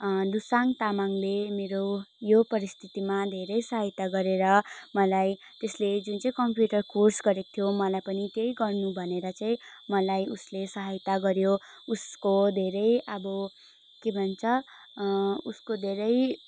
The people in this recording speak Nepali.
दुसाङ तामाङले मेरो यो परिस्थितिमा धेरै सहायता गरेर मलाई त्यसले जुन चाहिँ कम्प्युटर कोर्स गरेको थियो मलाई पनि त्यही गर्नु भनेर चाहिँ मलाई उसले सहायता गऱ्यो उसको धेरै अब के भन्छ उसको धेरै